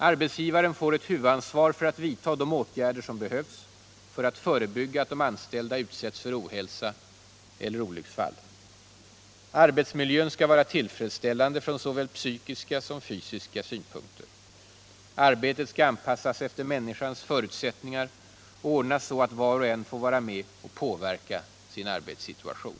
Arbetsgivaren får ett huvudansvar för att vidta de = Nr 28 åtgärder som behövs för att förebygga att de anställda utsätts för ohälsa Onsdagen den eller olycksfall. Arbetsmiljön skall vara tillfredsställande från såväl fysiska 16 november 1977 som psykiska utgångspunkter. Arbetet skall anpassas efter människans förutsättningar och ordnas så att var och en får vara med och påverka = Arbetsmiljölag, sin arbetssituation.